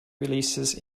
releases